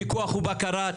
פיקוח ובקרה.